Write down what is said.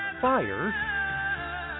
fire